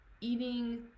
eating